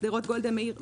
שדרות גולדה מאיר.